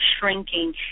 shrinking